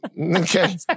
Okay